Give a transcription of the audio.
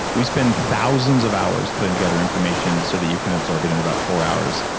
we spend thousands of hours putting together information so that you can absorb it in about four hours.